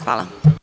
Hvala.